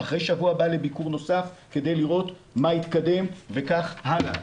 אחרי שבוע בא לביקור נוסף כדי לראות מה התקדם וכך הלאה.